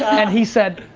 and he said,